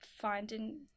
finding